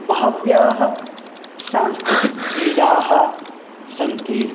बह्व्यः सांस्कृतिकक्रीडाः सन्ति